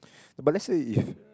but let's say if